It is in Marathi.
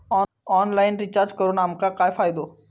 ऑनलाइन रिचार्ज करून आमका काय फायदो?